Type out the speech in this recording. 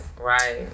right